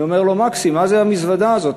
אני אומר לו: מקסי, מה זה המזוודה הזאת?